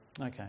okay